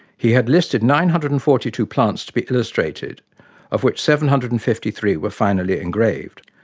he had listed nine hundred and forty two plants to be illustrated of which seven hundred and fifty three were finally engraved.